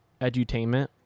edutainment